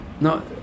no